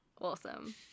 Awesome